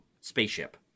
spaceship